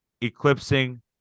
eclipsing